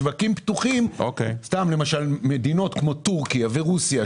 שווקים פתוחים במדינות כמו טורקיה ורוסיה,